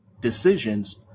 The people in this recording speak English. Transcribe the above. decisions